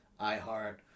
iHeart